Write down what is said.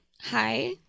Hi